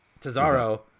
Tazaro